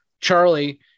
Charlie